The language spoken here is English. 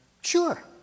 Sure